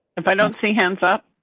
if i don't see hands up,